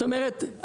זאת אומרת,